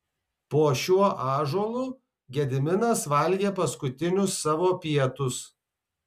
po šiuo ąžuolu gediminas valgė paskutinius savo pietus